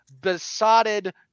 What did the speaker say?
besotted